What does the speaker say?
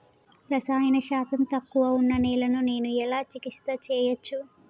రసాయన శాతం తక్కువ ఉన్న నేలను నేను ఎలా చికిత్స చేయచ్చు?